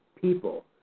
people